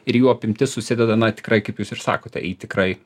ir jų apimtis susideda na tikrai kaip jūs ir sakote į tikrai